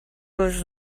was